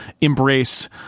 embrace